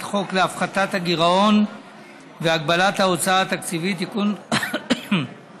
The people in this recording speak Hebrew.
החוק להפחתת הגירעון והגבלת ההוצאה התקציבית (תיקון מס'